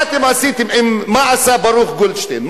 מה עשה ברוך גולדשטיין?